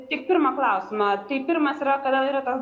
tik pirmą klausimą tai pirmas yra kada yra tas